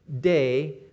day